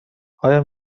آیا